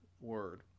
word